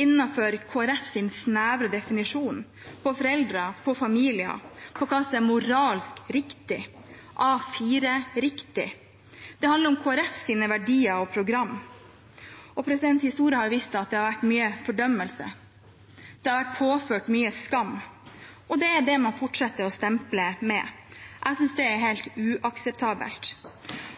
innenfor Kristelig Folkepartis snevre definisjon av foreldre, av familier, av hva som er moralsk riktig, A4-riktig? Det handler om Kristelig Folkepartis verdier og program. Og historien har vist at det har vært mye fordømmelse. Det har vært påført mye skam, og det er det man fortsetter med: å stemple folk. Jeg synes det er helt uakseptabelt.